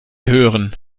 hören